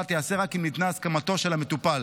תיעשה רק אם ניתנה הסכמתו של המטופל.